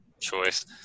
choice